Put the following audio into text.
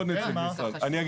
אני אגיד